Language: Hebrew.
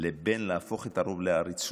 לבין להפוך את הרוב לעריצות,